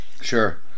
Sure